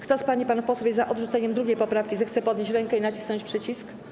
Kto z pań i panów posłów jest za odrzuceniem 2. poprawki, zechce podnieść rękę i nacisnąć przycisk.